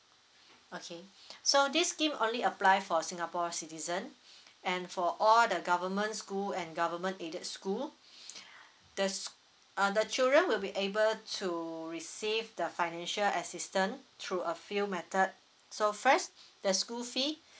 okay so this scheme only apply for singapore citizen and for all the government school and government aided school there's uh the children will be able to receive the financial assistant through a few method so first the school fee